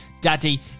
Daddy